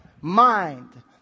Mind